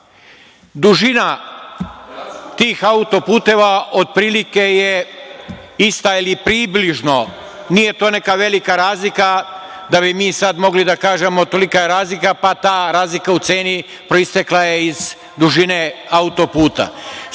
Dužina tih autoputeva otprilike je ista ili približno, nije to neka velika razlika da bi mi sad mogli da kažemo – tolika je razlika, pa je ta razlika u ceni proistekla iz dužine autoputa.